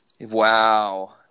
wow